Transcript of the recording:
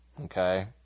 okay